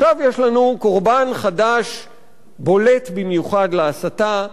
עכשיו יש לנו קורבן חדש בולט במיוחד להסתה,